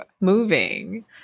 moving